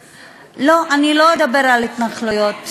לא, אני לא אדבר על התנחלויות.